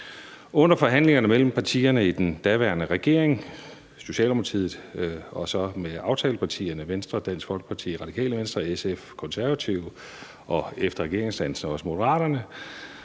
Under forhandlingerne mellem partiet i den daværende regering, Socialdemokratiet, og aftalepartierne, Venstre, Dansk Folkeparti, Radikale Venstre, SF og Konservative og efter regeringsdannelsen også Moderaterne,